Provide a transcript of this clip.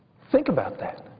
think about that.